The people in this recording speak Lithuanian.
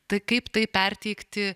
tai kaip tai perteikti